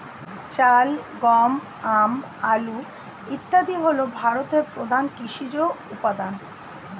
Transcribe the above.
চাল, গম, আম, আলু ইত্যাদি হল ভারতের প্রধান কৃষিজ উপাদান